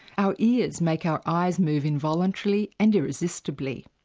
our ears make our eyes move involuntarily and irresistibly.